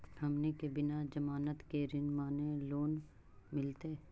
हमनी के बिना जमानत के ऋण माने लोन मिलतई?